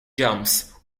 jumps